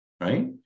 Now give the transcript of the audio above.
right